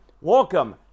Welcome